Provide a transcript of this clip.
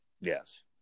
Yes